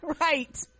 right